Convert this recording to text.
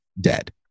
dead